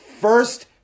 first